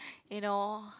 you know